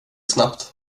snabbt